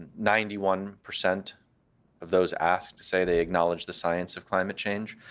ninety one percent of those asked say they acknowledge the science of climate change.